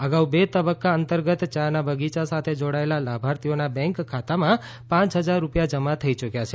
અગાઉ બે તબકકા અંતર્ગત યા ના બગીયા સાથે જોડાયેલા લાભાર્થીઓના બેંક ખાતામાં પાંચ હજાર રૂપિયા જમા થઇ ચુકયા છે